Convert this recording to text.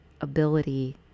ability